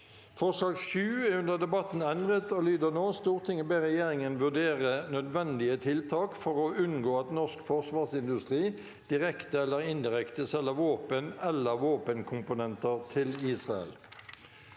Forslag nr. 7 ble under debatten endret og lyder nå: «Stortinget ber regjeringen vurdere nødvendige tiltak for å unngå at norsk forsvarsindustri direkte eller indirekte selger våpen eller våpenkomponenter til Israel.»